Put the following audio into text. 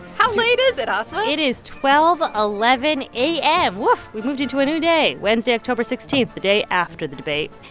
how late is it, asma? it is twelve eleven a m. woof, we've moved into a new day wednesday, october sixteen, the day after the debate.